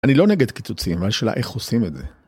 ‫אני לא נגד קיצוצים, ‫אבל שאלה איך עושים את זה.